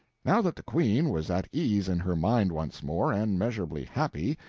now that the queen was at ease in her mind once more, and measurably happy,